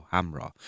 Hamra